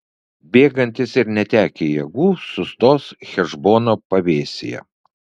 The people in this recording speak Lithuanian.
bėgantys ir netekę jėgų sustos hešbono pavėsyje